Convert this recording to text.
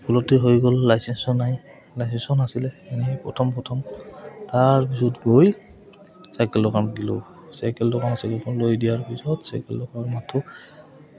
ভুলতে হৈ গ'ল লাইচেঞ্চো নাই লাইচেঞ্চো নাছিলে এনে প্ৰথম প্ৰথম তাৰপিছত গৈ চাইকেল দোকানত দিলোঁ চাইকেল দোকান চাইকেল লৈ গৈ দিয়াৰ পিছত চাইকেল দোকান মাঠু